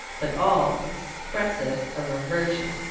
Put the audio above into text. but all expressive of aversion,